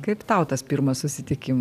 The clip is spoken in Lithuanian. kaip tau tas pirmas susitikima